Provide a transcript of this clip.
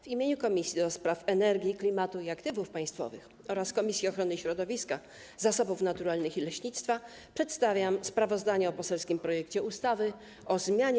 W imieniu Komisji do Spraw Energii, Klimatu i Aktywów Państwowych oraz Komisji Ochrony Środowiska, Zasobów Naturalnych i Leśnictwa przedstawiam sprawozdanie o poselskim projekcie ustawy o zmianie